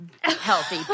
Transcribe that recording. healthy